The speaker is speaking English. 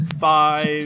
five